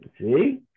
See